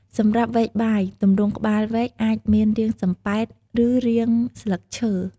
សម្រាប់វែកបាយ ទម្រង់ក្បាលវែកអាចមានរាងសំប៉ែត ឬរាងស្លឹកឈើ។